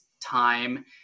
time